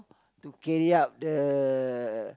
to carry out the